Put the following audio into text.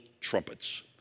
trumpets